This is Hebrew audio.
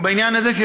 או בעניין הזה,